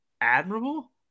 admirable